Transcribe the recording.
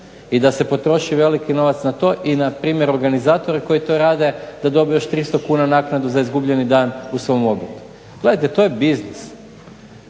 i da se potroši veliki novac na to i npr. organizatore koji to rade da dobije još 300 kuna naknadu za izgubljeni dan u svom obrtu. Gledajte, to je biznis.